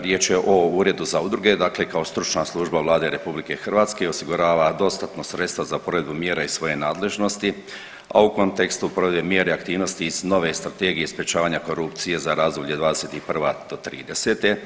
Riječ je o Uredu za udruge, dakle kao stručna služba Vlade RH osigurava dostatna sredstva za provedbu mjera iz svoje nadležnosti, a u kontekstu provedbe mjere aktivnosti iz nove Strategije sprječavanja korupcije za razdoblje '21. do 30.